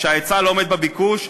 כשההיצע לא עומד בביקוש,